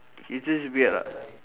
it's just weird ah